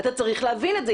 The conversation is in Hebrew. אתה צריך להבין את זה,